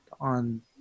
on